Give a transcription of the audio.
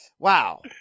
Wow